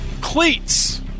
Cleats